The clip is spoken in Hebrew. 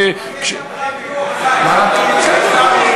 אבל יש גם טעם טוב, די,